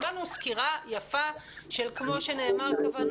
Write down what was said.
קיבלנו סקירה יפה על הכוונות,